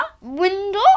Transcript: Window